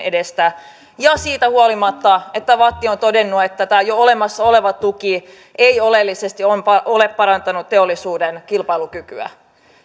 edestä ja siitä huolimatta että vatt on todennut että tämä jo olemassa oleva tuki ei oleellisesti ole parantanut teollisuuden kilpailukykyä